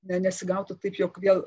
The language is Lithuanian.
ne nesigautų taip jog vėl